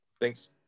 Thanks